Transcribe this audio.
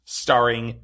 starring